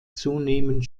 zunehmend